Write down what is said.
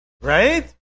right